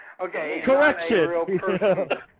Correction